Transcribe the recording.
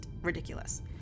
ridiculous